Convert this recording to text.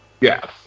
Yes